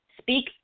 Speak